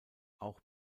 auch